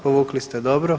Povukli ste, dobro.